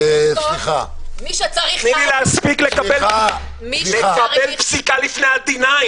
תני לי להספיק לקבל פסיקה לפני ה-D9.